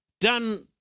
done